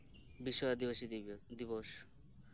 ᱵᱤᱥᱥᱚ ᱟᱫᱤᱵᱟᱥᱤ ᱫᱤᱵᱚᱥ